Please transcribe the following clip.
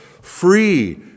free